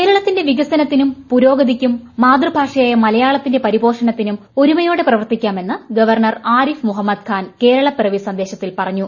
കേരളത്തിന്റെ വികസനത്തിരും ച്ചുരോഗതിക്കും മാതൃഭാഷ യായ മലയാളത്തിന്റെ പരീപ്പോഷണത്തിനും ഒരുമയോടെ പ്രവർത്തിക്കാമെന്ന് ഗ്ലൂവർണർ ആരിഫ് മുഹമ്മദ് ഖാൻ കേരളപ്പിറവി സന്ദേശിത്തിൽ പറഞ്ഞു